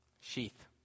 sheath